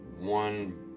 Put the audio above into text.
One